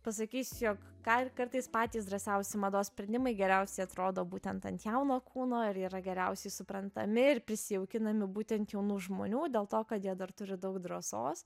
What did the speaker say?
pasakys jog ką ir kartais patys drąsiausi mados sprendimai geriausiai atrodo būtent ant jauno kūno ir yra geriausiai suprantami ir prisijaukinami būtent jaunų žmonių dėl to kad jie dar turi daug drąsos